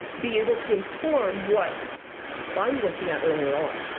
be able to inform what i'm looking at earlier on?